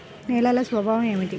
నేలల స్వభావం ఏమిటీ?